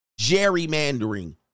Gerrymandering